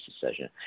decision